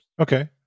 Okay